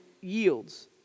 yields